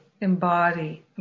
embody